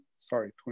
Sorry